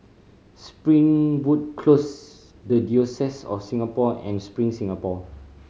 Springwood Close The Diocese of Singapore and Spring Singapore